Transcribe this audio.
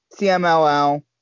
CMLL